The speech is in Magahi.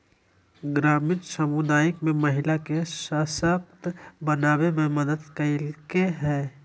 ग्रामीण समुदाय में महिला के सशक्त बनावे में मदद कइलके हइ